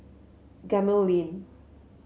Gemmill Lane